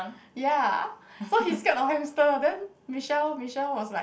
ya so he scared of hamster then Michelle Michelle was like